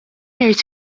irrid